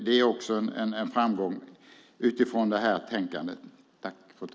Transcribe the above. Det är också en framgång utifrån det här tänkandet.